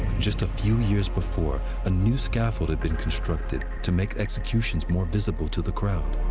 just a few years before, a new scaffold had been constructed to make executions more visible to the crowd.